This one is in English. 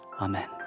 Amen